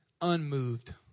unmoved